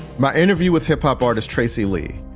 my interview with hip hop artist tracey lee,